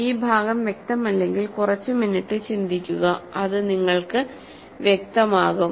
ഈ ഭാഗം വ്യക്തമല്ലെങ്കിൽ കുറച്ച് മിനിറ്റ് ചിന്തിക്കുക അത് നിങ്ങൾക്ക് വ്യക്തമാകും